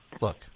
look